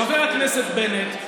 חבר הכנסת בנט,